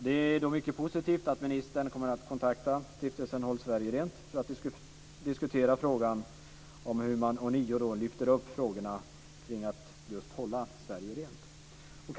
Det är mycket positivt att ministern kommer att kontakta Stiftelsen Håll Sverige Rent för att diskutera frågan om hur man ånyo lyfter fram frågorna kring att just hålla Sverige rent.